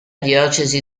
diocesi